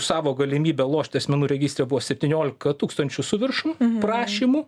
savo galimybę lošti asmenų registre buvo septyniolika tūkstančių su viršum prašymų